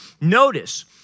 Notice